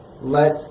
let